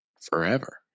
forever